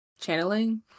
channeling